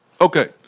Okay